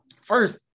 First